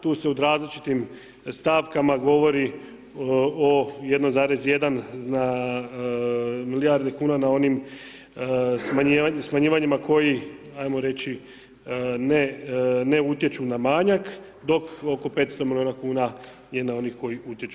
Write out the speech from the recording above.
Tu se u različitih stavkama govori o 1,1 milijarde kn na onim smanjivanjima koji, ajmo reći, ne utječu na manjak, dok oko 500 milijuna kn, je na onih koji utječu.